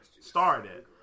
started